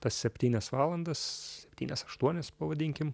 tas septynias valandas septynias aštuonias pavadinkim